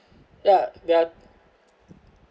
ya there are